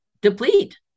deplete